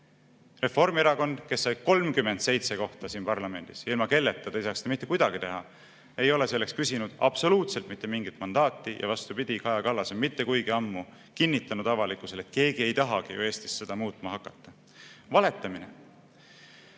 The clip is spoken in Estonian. Reformierakond, kes sai 37 kohta parlamendis ja ilma kelleta te ei saaks seda mitte kuidagi teha, ei ole selleks küsinud absoluutselt mitte mingit mandaati. Vastupidi, Kaja Kallas on mitte kuigi ammu kinnitanud avalikkusele, et keegi ei tahagi ju Eestis seda muutma hakata. Valetamine!